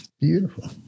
Beautiful